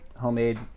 homemade